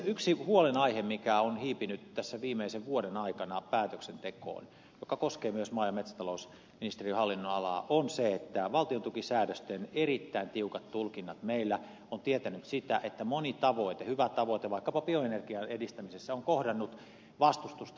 yksi huolenaihe joka on hiipinyt tässä viimeisen vuoden aikana päätöksentekoon ja joka koskee myös maa ja metsätalousministeriön hallinnonalaa on se että valtiontukisäädösten erittäin tiukat tulkinnat meillä ovat tietäneet sitä että moni hyvä tavoite vaikkapa bioenergian edistämisessä on kohdannut vastustusta valtiontukisäädösten tulkintojen vuoksi